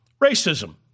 Racism